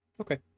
Okay